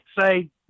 say